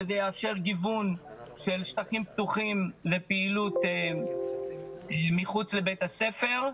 וזה יאפשר גיוון של שטחים פתוחים לפעילות מחוץ לבית הספר.